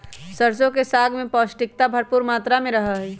सरसों के साग में पौष्टिकता भरपुर मात्रा में रहा हई